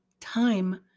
time